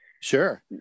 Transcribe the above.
sure